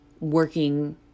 working